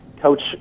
Coach